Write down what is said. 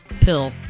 pill